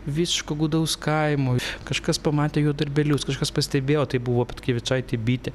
visiško gūdaus kaimo kažkas pamatė jo darbelius kažkas pastebėjo tai buvo petkevičaitė bitė